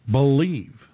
believe